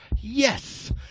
Yes